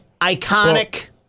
Iconic